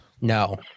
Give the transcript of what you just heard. No